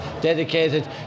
dedicated